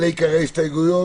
אלה עיקרי ההסתייגויות?